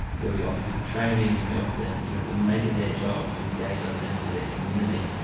where we offer people training and we offer them, you know so we make it their job to engage other members of their community.